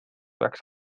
peaks